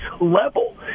level